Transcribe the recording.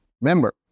Remember